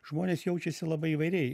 žmonės jaučiasi labai įvairiai